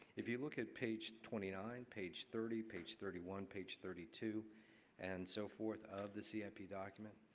if you look at page twenty nine, page thirty, page thirty one, page thirty two and so forth of the c i p. document,